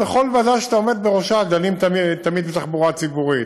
בכל ועדה שאתה עומד בראשה דנים תמיד בתחבורה הציבורית,